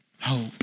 Hope